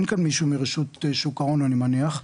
אין כאן מישהו מרשות שוק ההון אני מניח,